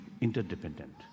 interdependent